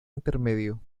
intermedio